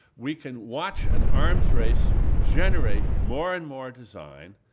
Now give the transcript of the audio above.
we can watch an arms race generate more and more design,